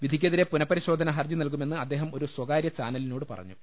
വിധിക്കെതിരെ പുനപരിശോധനാ ഹർജി നൽകുമെന്ന് അദ്ദേഹം ഒരു സ്വാകാര്യ ചാനലിനോട് പറഞ്ഞു